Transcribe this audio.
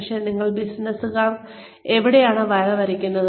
പക്ഷേ നിങ്ങൾ എവിടെയാണ് വര വരയ്ക്കുന്നത്